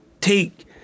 take